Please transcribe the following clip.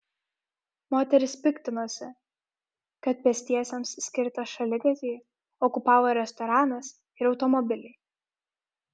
moteris piktinosi kad pėstiesiems skirtą šaligatvį okupavo restoranas ir automobiliai